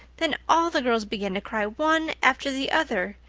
then all the girls began to cry, one after the other.